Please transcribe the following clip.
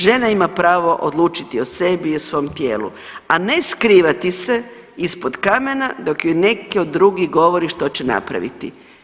Žena ima pravo odlučiti o sebi i o svom tijelu, a ne skrivati se ispod kamena dok joj neko drugi govori što će napraviti.